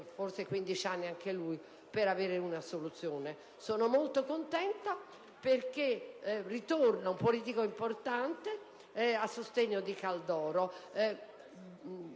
pare, 15 anni per ricevere un'assoluzione. Sono molto contenta, perché ritorna un politico importante, a sostegno di Caldoro.